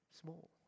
small